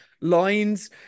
lines